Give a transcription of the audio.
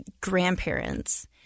grandparents